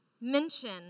mention